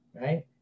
right